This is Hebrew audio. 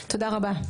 תודה רבה.